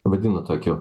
vadina tokiu